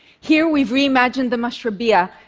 here we've reimagined the mashrabiya,